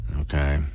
Okay